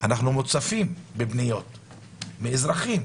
אנחנו מוצפים בפניות מאזרחים,